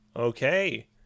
Okay